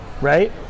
right